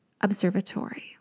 observatory